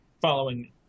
following